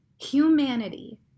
humanity